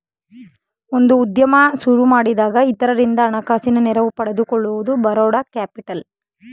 ಒಂದು ಉದ್ಯಮ ಸುರುಮಾಡಿಯಾಗ ಇತರರಿಂದ ಹಣಕಾಸಿನ ನೆರವು ಪಡೆದುಕೊಳ್ಳುವುದೇ ಬರೋಡ ಕ್ಯಾಪಿಟಲ್